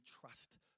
trust